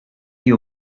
you